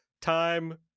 time